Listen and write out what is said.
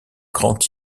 grand